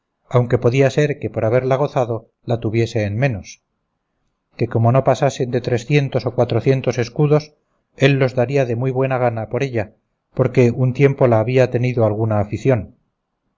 aunque podía ser que por haberla gozado la tuviese en menos que como no pasasen de trescientos o cuatrocientos escudos él los daría de muy buena gana por ella porque un tiempo la había tenido alguna afición